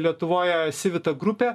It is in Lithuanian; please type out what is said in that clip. lietuvoje sivita grupė